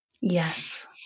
Yes